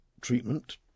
treatment